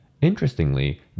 Interestingly